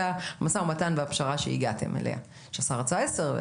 המשא ומתן והפשרה שהגעתם אליה השר רצה 10%,